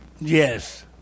Yes